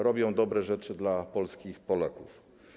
Robią dobre rzeczy dla Polski i Polaków.